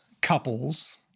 couples